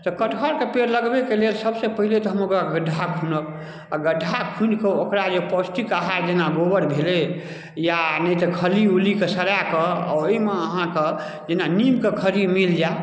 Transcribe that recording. तऽ कटहरके पेड़ लगबैके लेल सभसँ पहिले तऽ हम ओकरा गड्ढा खुनब आओर गड्ढा खुनिकऽ ओकरा जे पौष्टिक आहार जेना गोबर भेलै या नहि तऽ खली उलीके सड़ाकऽ ओइमे अहाँके जेना नीमके खैड़ मिल जाय